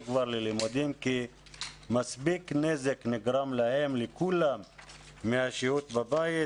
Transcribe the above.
כבר ללימודים כי מספיק נזק נגרם כבר לכולם משהות בבית.